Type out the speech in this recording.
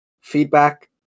feedback